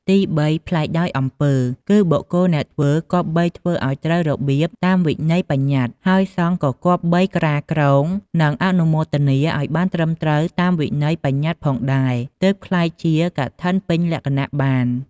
ទីបី ប្លែកដោយអំពើ គឺបុគ្គលអ្នកធ្វើគប្បីធ្វើឱ្យត្រូវរបៀបតាមវិន័យបញ្ញត្តិ ហើយសង្ឃក៏គប្បីក្រាលគ្រង និងអនុមោទនាឱ្យត្រឹមត្រូវតាមវិន័យប្បញ្ញត្តិផងដែរ ទើបក្លាយជាកឋិនពេញលក្ខណៈបាន។